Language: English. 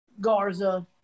Garza